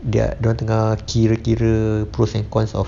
dia dia orang tengah kira-kira pros and cons of